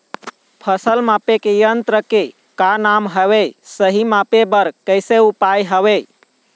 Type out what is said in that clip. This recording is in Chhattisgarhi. फसल मापे के यन्त्र के का नाम हवे, सही मापे बार कैसे उपाय हवे?